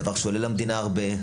דבר שעולה למדינה הרבה,